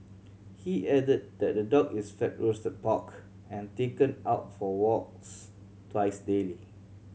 he added that the dog is fed roasted pork and taken out for walks twice daily